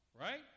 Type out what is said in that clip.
right